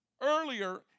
earlier